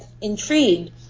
intrigued